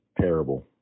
terrible